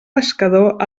pescador